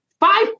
Five